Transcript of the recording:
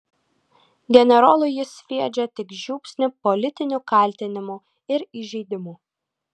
generolui jis sviedžia tik žiupsnį politinių kaltinimų ir įžeidimų